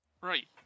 Right